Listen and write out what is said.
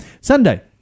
Sunday